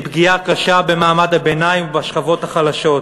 פגיעה קשה במעמד הביניים ובשכבות החלשות.